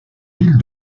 villes